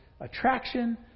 attraction